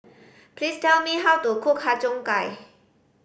please tell me how to cook Har Cheong Gai